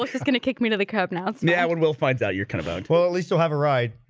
like is gonna kick me to the curb now? yeah when will finds out your cut about well at least still have a ride